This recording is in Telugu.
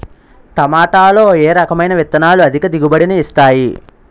టమాటాలో ఏ రకమైన విత్తనాలు అధిక దిగుబడిని ఇస్తాయి